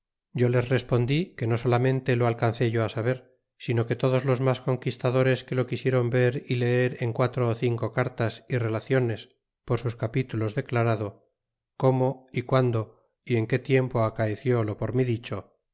yo les respondí que no solamente lo alcancé yo á saber sino que todos los mas conquistadores que lo quisiéron ver y leer en quatro ó cinco cartas y relaciones por sus capítulos declarado como y guando y en que tiempo acaeció lo por mí dicho